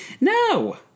No